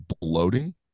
bloating